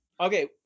okay